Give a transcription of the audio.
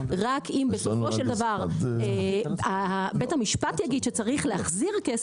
אם בסופו של דבר בית המשפט יגיד שצריך להחזיר כסף,